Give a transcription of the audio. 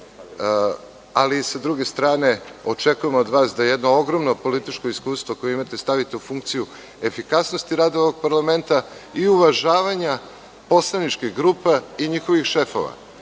ali i sa druge strane očekujemo od vas da jedno ogromno političko iskustvo koje imate stavite u funkciju efikasnosti rada ovog parlamenta i uvažavanja poslaničkih grupa i njihovih šefova.